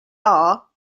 are